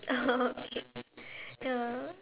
ya lah